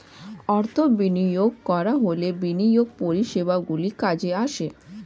অর্থ বিনিয়োগ করা হলে বিনিয়োগ পরিষেবাগুলি কাজে আসে